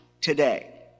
today